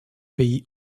pays